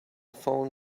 phone